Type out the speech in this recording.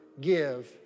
give